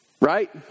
Right